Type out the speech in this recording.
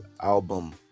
album